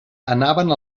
anaven